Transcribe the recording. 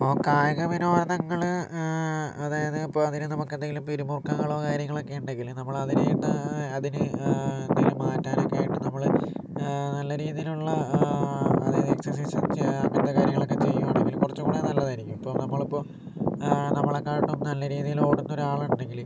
ഇപ്പോൾ കായിക വിനോദങ്ങള് അതായത് ഇപ്പോൾ അതിന് നമുക്കെന്തെങ്കിലും പിരിമുറുക്കങ്ങളോ കാര്യങ്ങളോ ഒക്കെ ഇണ്ടെങ്കില് നമ്മളതിനു വേണ്ട അതിന് എന്തേലും മാറ്റാനൊക്കെ ആയിട്ട് നമ്മള് നല്ല രീതിയിലുള്ള അതായത് എക്സസൈസും അങ്ങനത്തെ കാര്യങ്ങളൊക്കെ ചെയ്യുവാണെങ്കില് കുറച്ചു കൂടെ നല്ലതായിരിക്കും ഇപ്പോൾ നമ്മളിപ്പോൾ നമ്മളെക്കാട്ടും നല്ല രീതീല് ഓടുന്ന ഒരാളുണ്ടെങ്കില്